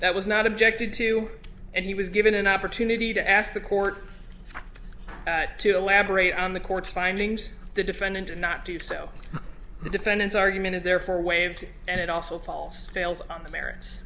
that was not objected to and he was given an opportunity to ask the court to elaborate on the court's findings the defendant and not do so the defendant's argument is therefore waived and it also falls fails on the merits